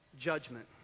judgment